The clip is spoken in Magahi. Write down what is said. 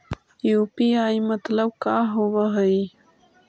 यु.पी.आई मतलब का होब हइ?